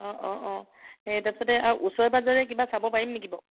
অঁ অঁ অঁ সেই তাৰপিছতে আৰু ওচৰে পাঁজৰে কিবা চাব পাৰিম নেকি বাৰু